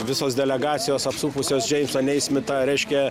visos delegacijos apsupusios džeimsą neismitą reiškia